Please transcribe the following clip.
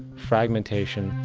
fragmentation,